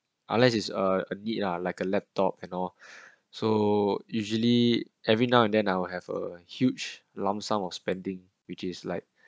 unless it's a need lah like a laptop and all so usually every now and then I'll have a huge lump sum of spending which is like